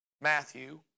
Matthew